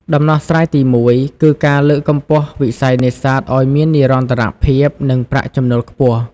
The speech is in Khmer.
ដំណោះស្រាយទីមួយ គឺការលើកកម្ពស់វិស័យនេសាទឲ្យមាននិរន្តរភាព និងប្រាក់ចំណូលខ្ពស់។